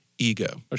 ego